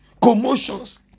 commotions